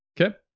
okay